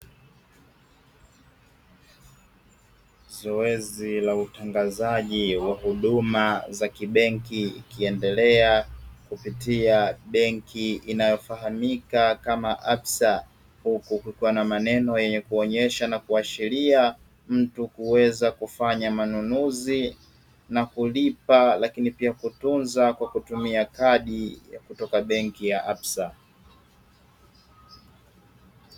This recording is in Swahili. Zoezi la utangazaji wa huduma za kibenki ikiendelea kupitia benki inayofahamika kama ABSA. Huku kukiwa na maneno yenye kuonyesha na kuashiria mtu kuweza kufanya manunuzi na kulipa lakini pia kutunza kwa kutumia kadi ya kutoka benki ya ABSA.